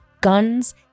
guns